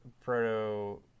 proto